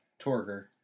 Torger